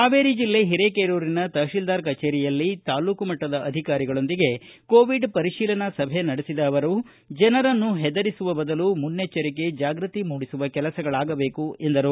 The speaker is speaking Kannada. ಹಾವೇರಿ ಜಿಲ್ಲೆ ಹಿರೇಕೆರೂರಿನ ತಹಶೀಲ್ದಾರರ ಕಚೇರಿಯಲ್ಲಿ ಇಂದು ತಾಲೂಕು ಮಟ್ಟದ ಅಧಿಕಾರಿಗಳೊಂದಿಗೆ ಕೋವಿಡ್ ಪರಿಶೀಲನಾ ಸಭೆ ನಡೆಸಿದ ಅವರು ಜನರನ್ನು ಹೆದರಿಸುವ ಬದಲು ಮುನ್ನೆಚ್ಚರಿಕೆ ಜಾಗೃತಿ ಮೂಡಿಸುವ ಕೆಲಸಗಳಾಗಬೇಕು ಎಂದರು